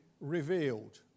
revealed